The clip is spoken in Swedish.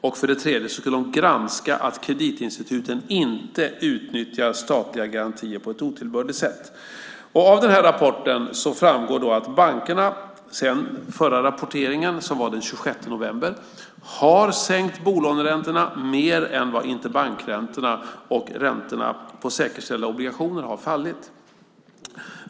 Det tredje var att de skulle granska att kreditinstituten inte utnyttjar statliga garantier på ett otillbörligt sätt. Av den här rapporten framgår att bankerna sedan förra rapporteringen, som var den 26 november, har sänkt bolåneräntorna mer än vad interbankräntorna och räntorna på säkerställda obligationer har fallit.